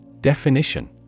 Definition